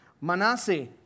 Manasseh